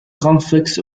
conflicts